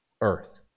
Earth